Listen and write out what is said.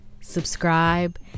subscribe